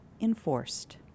enforced